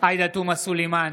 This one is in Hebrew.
עאידה תומא סלימאן,